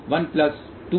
12Z1Y2Z12Y22